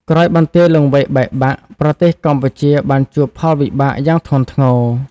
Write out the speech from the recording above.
ក្រោយបន្ទាយលង្វែកបែកបាក់ ប្រទេសកម្ពុជាបានជួបផលវិបាកយ៉ាងធ្ងន់ធ្ងរ។